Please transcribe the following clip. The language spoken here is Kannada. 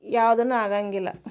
ಯಾವ್ದೂನು ಆಗಂಗಿಲ್ಲ